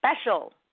special